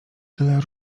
tyle